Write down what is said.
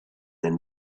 then